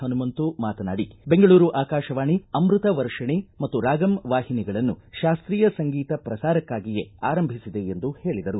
ಹನುಮಂತು ಮಾತನಾಡಿ ಬೆಂಗಳೂರು ಆಕಾಶವಾಣಿ ಅಮೃತ ವರ್ಷಣಿ ಮತ್ತು ರಾಗಂ ವಾಹಿನಿಗಳನ್ನು ಶಾಸ್ತೀಯ ಸಂಗೀತ ಪ್ರಸಾರಕ್ಕಾಗಿಯೇ ಆರಂಭಿಸಿದೆ ಎಂದು ಹೇಳಿದರು